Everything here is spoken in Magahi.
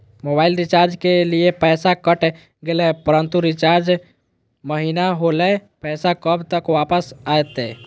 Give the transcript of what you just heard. मोबाइल रिचार्ज के लिए पैसा कट गेलैय परंतु रिचार्ज महिना होलैय, पैसा कब तक वापस आयते?